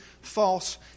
false